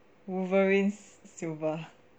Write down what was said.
wolverine silva